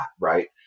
right